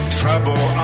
trouble